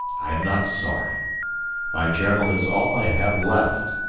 i am not sorry my journal is all i have left,